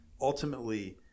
ultimately